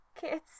Kids